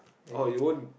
oh you won't